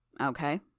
Okay